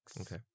Okay